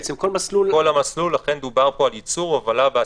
כל המסלול, לכן דובר פה על "ייצור, הובלה ואספקה".